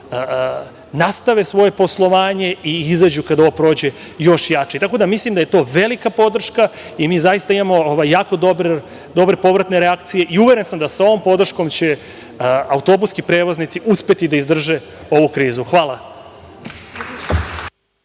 nastave svoje poslovanje i izađu kad ovo prođe još jače. Tako da, mislim da je to velika podrška i mi zaista imamo jako dobre povratne reakcije i uveren sam da sa ovom podrškom će autobuski prevoznici uspeti da izdrže ovu krizu. Hvala.